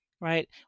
Right